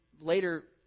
later